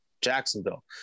Jacksonville